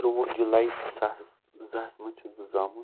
ترٛوٚوُہ جُلَے زٕ ساس زٕ ہَس منٛز چھُس بہٕ زامُت